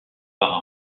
par